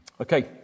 Okay